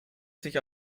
sich